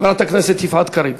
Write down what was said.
חברת הכנסת יפעת קריב.